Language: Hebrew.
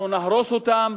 אנחנו נהרוס אותן,